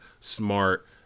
smart